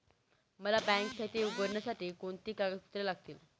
मला बँक खाते उघडण्यासाठी कोणती कागदपत्रे लागतील?